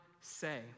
say